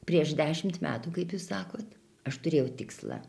prieš dešimt metų kaip jūs sakot aš turėjau tikslą